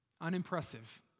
unimpressive